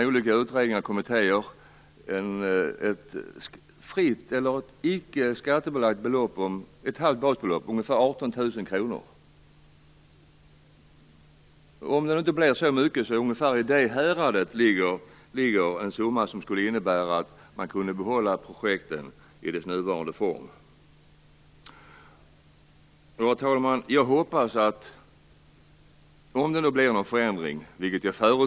Olika utredningar och kommittéer har föreslagit ett icke skattebelagt belopp motsvarande ett halvt basbelopp, ungefär 18 000 kr. Det kanske inte blir så mycket, men ungefär i det häradet ligger en summa som skulle innebära att man skulle kunna behålla projekten i deras nuvarande form. Herr talman! Jag förutsätter att det blir en förändring.